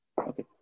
Okay